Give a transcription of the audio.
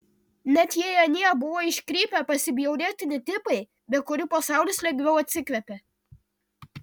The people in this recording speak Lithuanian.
net jei anie buvo iškrypę pasibjaurėtini tipai be kurių pasaulis lengviau atsikvėpė